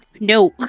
No